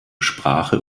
sprache